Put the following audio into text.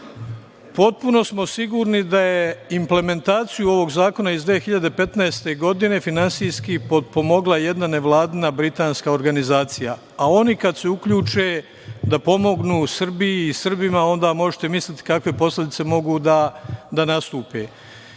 Srbije. Potpuno smo sigurni da je implementaciju ovog zakona iz 2015. godine finansijski potpomogla jedna nevladina britanska organizacija, a oni kad se uključe da pomognu u Srbiji i Srbima, onda možete misliti kakve posledice mogu da nastupe. Ja